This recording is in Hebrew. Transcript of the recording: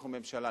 אנחנו ממשלה,